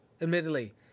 admittedly